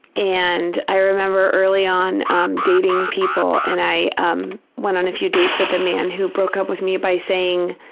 and i remember early on um dating people and i um went on a few dates with a man who broke up with me by saying,